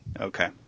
Okay